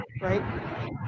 right